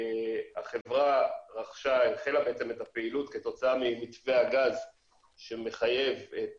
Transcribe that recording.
החברה החלה את הפעילות כתוצאה ממתווה הגז שמחייב את